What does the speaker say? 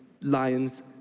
lions